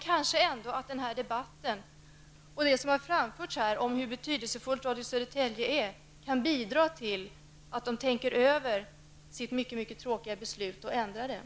Kanske den här debatten, där vi understrukit hur betydelsefull Radio Södertälje är, kan bidra till att man tänker över sitt mycket tråkiga beslut och ändrar sig.